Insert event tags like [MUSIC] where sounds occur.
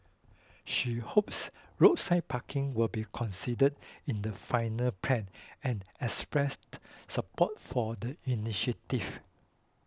she hopes roadside parking will be considered in the final plans and expressed support for the [UNINTELLIGIBLE]